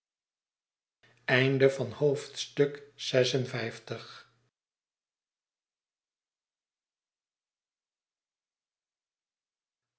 slot van het